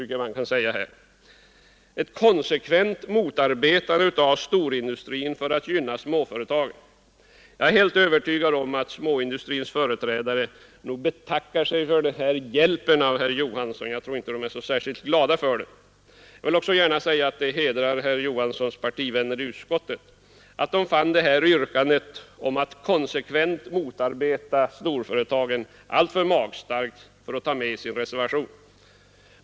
Det innebär alltså ett konsekvent motarbetande av storindustrin för att gynna småföretagen. Jag är helt övertygad om att småindustrins företrädare betackar sig för herr Johanssons ”hjälp” — jag tror inte de är särskilt glada åt den. Det hedrar också herr Johanssons partivänner i utskottet att de fann yrkandet om att konsekvent motarbeta storföretagen alltför magstarkt för att ta med det i sin reservation.